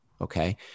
okay